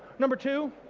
number two,